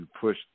push